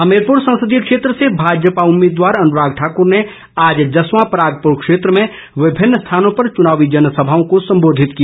हमीरपुर संसदीय क्षेत्र से भाजपा उम्मीदवार अनुराग ठाकुर ने आज जसवां परागपुर क्षेत्र में विभिन्न स्थानों पर चुनावी जनसभाओं को संबोधित किया